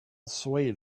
swayed